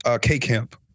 K-Camp